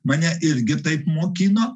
mane irgi taip mokino